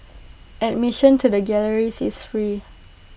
admission to the galleries is free